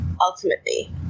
ultimately